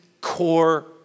core